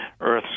Earth